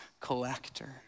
collector